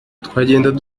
twagendaga